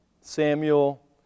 Samuel